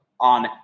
on